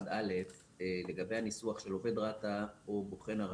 31א, לגבי הניסוח של עובד רת"א או בוחן הרשות.